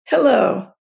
Hello